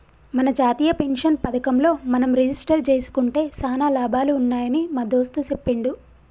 మన జాతీయ పెన్షన్ పథకంలో మనం రిజిస్టరు జేసుకుంటే సానా లాభాలు ఉన్నాయని మా దోస్త్ సెప్పిండు